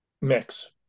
mix